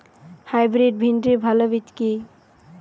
Hybrid ভিন্ডির ভালো বীজ কি?